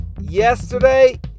yesterday